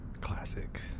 Classic